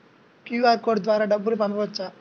QR code ద్వారా డబ్బులు పంపవచ్చా?